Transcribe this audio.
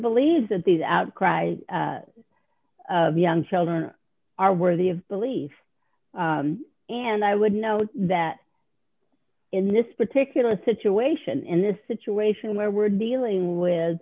believes that these outcry young children are worthy of belief and i would note that in this particular situation in this situation where we're dealing with